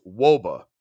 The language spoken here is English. WOBA